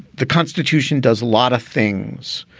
the constitution does a lot of things.